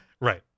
Right